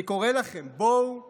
אני קורא לכם: בואו נדבר.